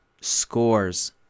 scores